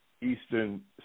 Eastern